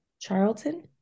charlton